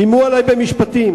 איימו עלי במשפטים.